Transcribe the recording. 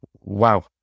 Wow